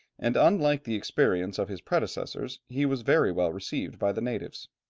and, unlike the experience of his predecessors, he was very well received by the natives.